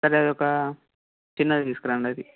సరే అదొక చిన్నది తీసుకురండి అది